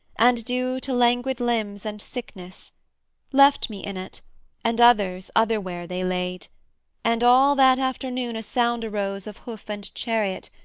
and due to languid limbs and sickness left me in it and others otherwhere they laid and all that afternoon a sound arose of hoof and chariot,